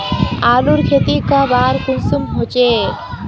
आलूर खेती कब आर कुंसम होचे?